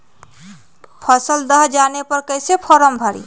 फसल दह जाने पर कैसे फॉर्म भरे?